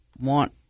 want